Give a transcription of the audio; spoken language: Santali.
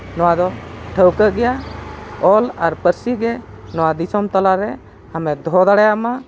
ᱱᱚᱣᱟ ᱫᱚ ᱴᱷᱟᱹᱣᱠᱟᱹ ᱜᱮᱭᱟ ᱚᱞ ᱟᱨ ᱯᱟᱹᱨᱥᱤ ᱜᱮ ᱱᱚᱣᱟ ᱫᱤᱥᱚᱢ ᱛᱟᱞᱟᱨᱮ ᱟᱢᱮ ᱫᱚᱦᱚ ᱫᱟᱲᱮᱭᱟᱢᱟ